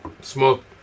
Smoke